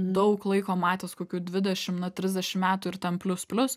daug laiko matęs kokių dvidešim na trisdešim metų ir ten plius plius